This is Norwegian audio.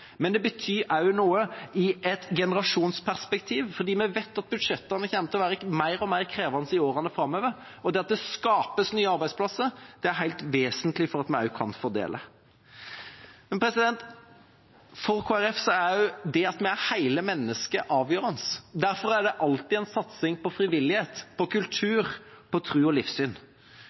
men det betyr også noe i et generasjonsperspektiv, for vi vet at budsjettene kommer til å være mer og mer krevende i årene framover, og det at det skapes nye arbeidsplasser, er helt vesentlig for at vi også kan fordele. For Kristelig Folkeparti er også det at vi er hele mennesker, avgjørende. Derfor er det alltid en satsing på frivillighet, på kultur, på tro og livssyn.